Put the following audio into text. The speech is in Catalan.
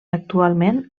actualment